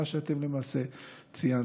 מה שאתם למעשה ציינתם,